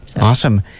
Awesome